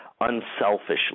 unselfishly